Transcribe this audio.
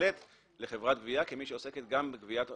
בהחלט לחברת גבייה כמי שעוסקת גם בתשלום